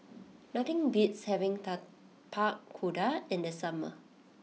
nothing beats having Tapak Kuda in the summer